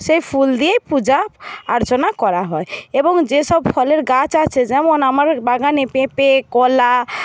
সেই ফুল দিয়েই পূজা অর্চনা করা হয় এবং যেসব ফলের গাছ আছে যেমন আমার বাগানে পেঁপে কলা